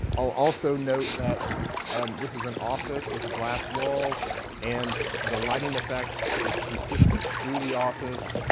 i'll also note that this is an office with glass walls and the lighting effect is consistent through the office,